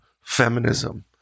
feminism